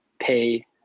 pay